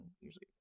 usually